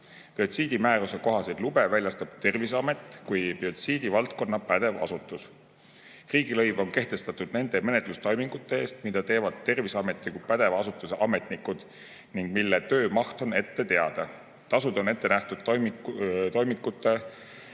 lube. Biotsiidimääruse kohaselt väljastab lube Terviseamet kui biotsiidivaldkonna pädev asutus. Riigilõiv on kehtestatud nende menetlustoimingute eest, mida teevad Terviseameti kui pädeva asutuse ametnikud ning mille töö maht on ette teada. Tasud on ette nähtud toimikute